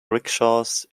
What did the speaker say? rickshaws